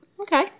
Okay